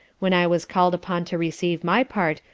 when i was call'd upon to receive my part,